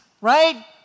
right